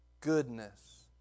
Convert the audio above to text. goodness